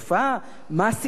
מס עיזבון,